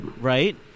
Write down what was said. right